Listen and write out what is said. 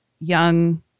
young